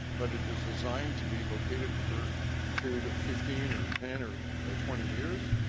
but it is designed to be located for a period of fifteen or ten or ah twenty years.